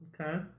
Okay